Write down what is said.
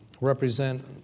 represent